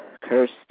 cursed